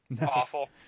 Awful